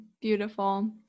Beautiful